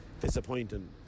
disappointing